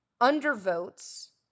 undervotes